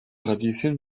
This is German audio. radieschen